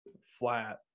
flat